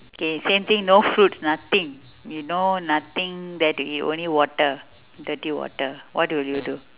okay same thing no fruits nothing you know nothing there to eat only water dirty water what will you do